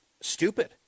stupid